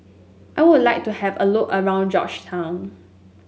I would like to have a look around Georgetown